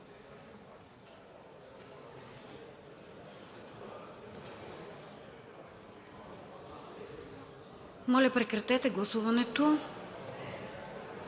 Моля, прекратете гласуването.